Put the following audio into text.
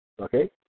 okay